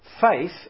Faith